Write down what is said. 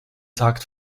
takt